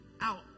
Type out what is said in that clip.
out